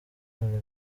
ubwo